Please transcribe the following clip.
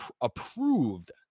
approved